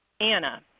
Anna